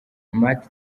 matt